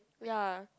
ya